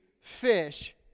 fish